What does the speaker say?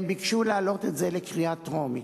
הם ביקשו להעלות את זה לקריאה טרומית.